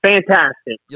Fantastic